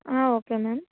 okay ma'am